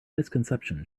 misconception